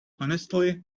honestly